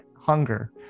hunger